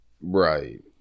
Right